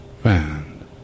band